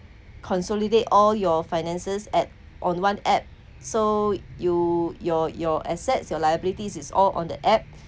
consolidate all your finances at on one app so you your your assets your liabilities is all on the app